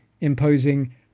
imposing